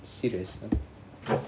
serious